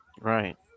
Right